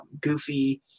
Goofy